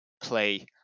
play